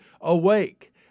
awake